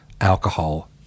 alcohol